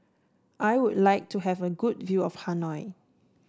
I would like to have a good view of Hanoi